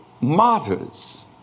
martyrs